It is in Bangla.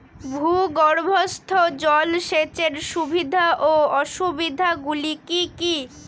ভূগর্ভস্থ জল সেচের সুবিধা ও অসুবিধা গুলি কি কি?